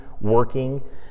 working